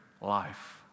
life